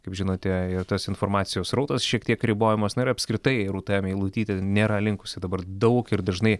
kaip žinote ir tas informacijos srautas šiek tiek ribojamas na ir apskritai rūta meilutytė nėra linkusi dabar daug ir dažnai